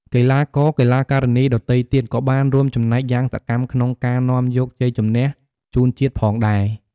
កីឡាករ-កីឡាការិនីដទៃទៀត ក៏បានរួមចំណែកយ៉ាងសកម្មក្នុងការនាំយកជ័យជម្នះជូនជាតិផងដែរ។